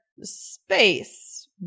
space